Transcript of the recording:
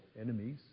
enemies